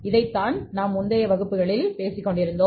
இதைத்தான் முந்தைய வகுப்புகளிலும் நாம் பேசியிருக்கிறோம்